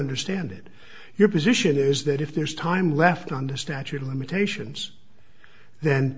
understand it your position is that if there's time left on the statute of limitations th